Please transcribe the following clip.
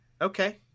okay